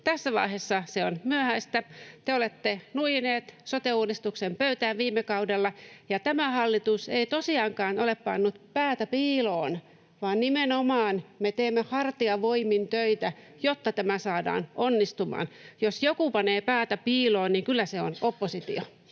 Tässä vaiheessa se on myöhäistä. Te olette nuijineet sote-uudistuksen pöytään viime kaudella. Tämä hallitus ei tosiaankaan ole pannut päätä piiloon, vaan nimenomaan me teemme hartiavoimin töitä, jotta tämä saadaan onnistumaan. Jos joku panee päätä piiloon, niin kyllä se on oppositio.